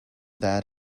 that